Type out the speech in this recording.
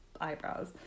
eyebrows